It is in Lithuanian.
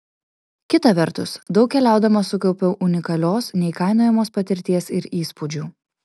kita vertus daug keliaudama sukaupiau unikalios neįkainojamos patirties ir įspūdžių